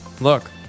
Look